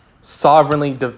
sovereignly